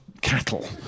cattle